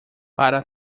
para